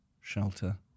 shelter